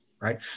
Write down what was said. right